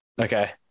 Okay